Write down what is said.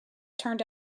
turned